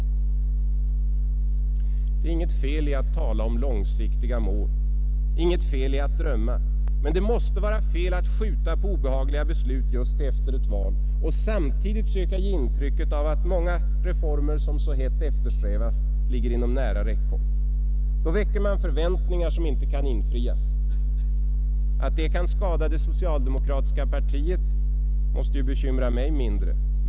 Det är inget fel i att tala om långsiktiga mål och inget fel i att drömma, men det måste vara fel att skjuta på obehagliga beslut just till efter ett val och samtidigt söka ge intryck av att många reformer som hett eftersträvats ligger inom nära räckhåll. Då väcker man förväntningar som inte kan infrias. Att det kan skada det socialdemokratiska partiet måste ju bekymra mig mindre.